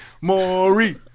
Maury